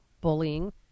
bullying